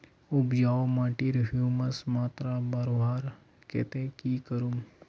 उपजाऊ माटिर ह्यूमस मात्रा बढ़वार केते की करूम?